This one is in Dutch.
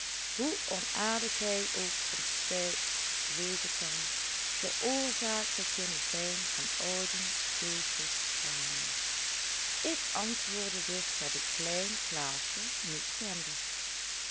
hoe onaardig hij ook somtijds wezen kan de oorzaak zou kunnen zijn van ouden keesjes tranen ik antwoordde dus dat ik klein klaasje niet kende